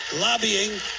Lobbying